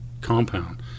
compound